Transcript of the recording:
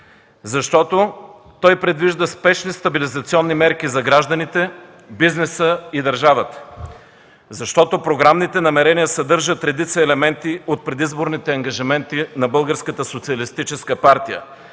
защото той предвижда спешни стабилизационни мерки за гражданите, бизнеса и държавата; защото програмните намерения съдържат редица елементи от предизборните ангажименти на